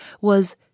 was